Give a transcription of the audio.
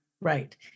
Right